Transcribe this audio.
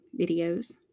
videos